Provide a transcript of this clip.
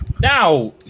Now